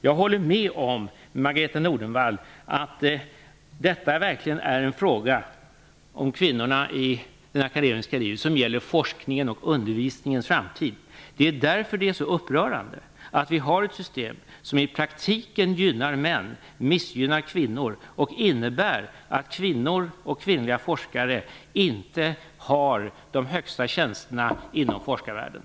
Jag håller med Margareta Nordenvall om att detta verkligen är en fråga om kvinnorna i det akademiska livet som gäller forskningens och undervisningens framtid. Det är därför det är så upprörande att vi har ett system som i praktiken gynnar män, missgynnar kvinnor och innebär att kvinnor och kvinnliga forskare inte har de högsta tjänsterna inom forskarvärlden.